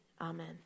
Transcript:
Amen